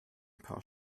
paar